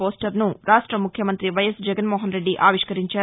పోస్టర్ను రాష్ట్ర ముఖ్యమంతి వైఎస్ జగన్మోహన్రెడ్డి ఆవిష్కరించారు